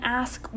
ask